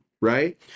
Right